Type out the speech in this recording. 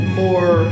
more